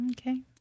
Okay